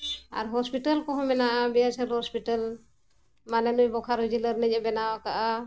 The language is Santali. ᱟᱨ ᱦᱚᱸᱥᱯᱤᱴᱟᱞ ᱠᱚᱦᱚᱸ ᱢᱮᱱᱟᱜᱼᱟ ᱵᱤ ᱮᱥ ᱮᱞ ᱦᱚᱸᱥᱯᱤᱴᱟᱞ ᱢᱟᱱᱮ ᱱᱩᱭ ᱵᱳᱠᱟᱨᱳ ᱡᱮᱞᱟ ᱨᱤᱱᱤᱡ ᱮ ᱵᱮᱱᱟᱣ ᱟᱠᱟᱫᱼᱟ